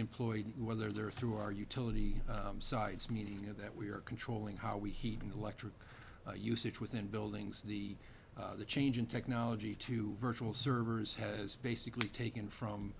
employ whether they're through our utility sides meaning of that we are controlling how we heat and electric usage within buildings the change in technology to virtual servers has basically taken from